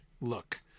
look